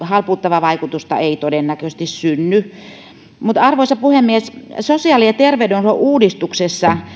halpuuttavaa vaikutusta ei todennäköisesti synny arvoisa puhemies sosiaali ja terveydenhuollon uudistuksessa